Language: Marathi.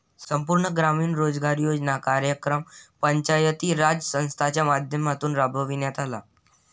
संपूर्ण ग्रामीण रोजगार योजना कार्यक्रम पंचायती राज संस्थांच्या माध्यमातून राबविण्यात आला